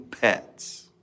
pets